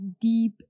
deep